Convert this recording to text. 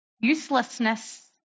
uselessness